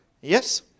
Yes